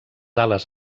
ales